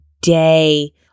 day